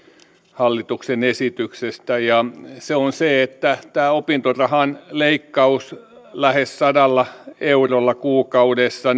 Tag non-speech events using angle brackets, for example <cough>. hallituksen esityksestä ja se on se että tämä opintorahan leikkaus lähes sadalla eurolla kuukaudessa <unintelligible>